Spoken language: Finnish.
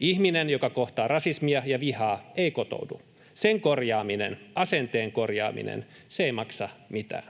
Ihminen, joka kohtaa rasismia ja vihaa, ei kotoudu. Sen korjaaminen, asenteen korjaaminen, se ei maksa mitään.